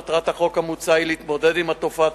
מטרת החוק המוצע היא להתמודד עם תופעת